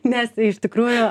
nes iš tikrųjų